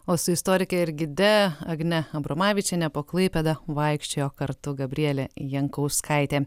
o su istorike ir gide agne abromavičiene po klaipėdą vaikščiojo kartu gabrielė jankauskaitė